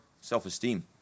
self-esteem